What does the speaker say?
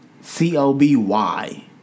C-O-B-Y